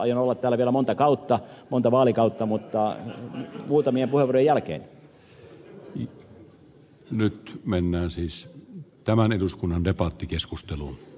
aion olla täällä vielä monta kautta monta vaalikautta mutta muutamia vuorojakin jo nyt mennään siis tämän eduskunnan debatti keskustelu o